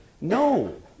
No